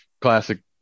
classic